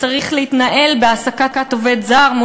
הרשויות בכל מה שצריך להתנהל בהעסקת עובד זר.